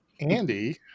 Andy